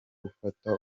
gufata